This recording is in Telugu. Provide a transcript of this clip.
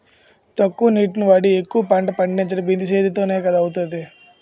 తక్కువ నీటిని వాడి ఎక్కువ పంట పండించడం బిందుసేధ్యేమ్ తోనే అవుతాది